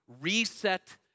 Reset